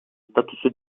statüsü